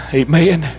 amen